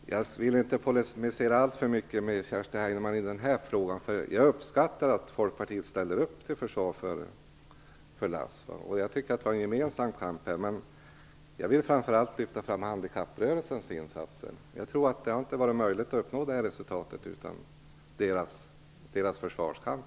Fru talman! Jag vill inte polemisera alltför mycket med Kerstin Heinemann i den här frågan. Jag uppskattar att Folkpartiet ställer upp till försvar för LASS, och jag tycker att vi här för en gemensam kamp. Jag vill framför allt lyfta fram handikapprörelsens insatser. Jag tror inte att det uppnådda resultatet hade varit möjligt utan handikapprörelsens försvarskamp.